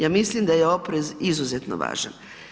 Ja mislim da je oprez izuzetno važan.